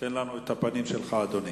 תן לנו את הפנים שלך, אדוני.